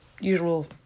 usual